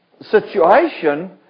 situation